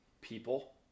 people